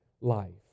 life